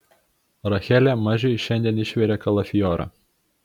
rachelė mažiui šiandien išvirė kalafiorą